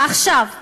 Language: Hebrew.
עכשיו,